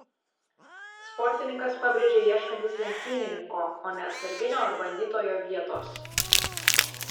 sportininkas pabrėžė ieškantis lenktynininko o ne atsarginio ar bandytojo vietos